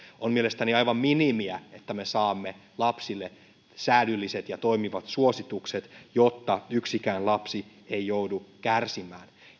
on mielestäni aivan minimiä että me saamme lapsille säädylliset ja toimivat suositukset jotta yksikään lapsi ei joudu kärsimään